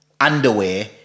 underwear